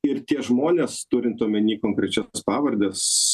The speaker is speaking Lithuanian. ir tie žmonės turint omeny konkrečias pavardes